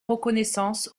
reconnaissance